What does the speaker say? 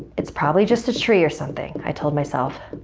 it's probably just a tree or something, i told myself.